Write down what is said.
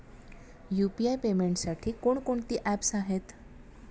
UPI पेमेंटसाठी कोणकोणती apps आहेत?